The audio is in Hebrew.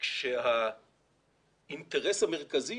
כאשר האינטרס המרכזי